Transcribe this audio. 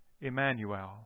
Emmanuel